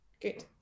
Good